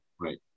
Right